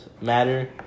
Matter